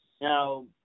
Now